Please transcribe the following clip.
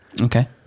okay